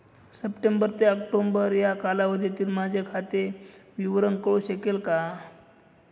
September ते October या कालावधीतील माझे खाते विवरण कळू शकेल का?